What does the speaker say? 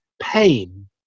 pain